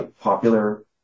popular